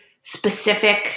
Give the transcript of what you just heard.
specific